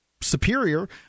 superior